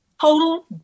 total